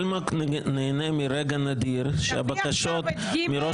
אלמוג נהנה מרגע נדיר שהבקשות מראש